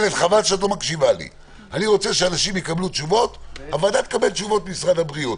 אני רוצה שהוועדה תקבל תשובות ממשרד הבריאות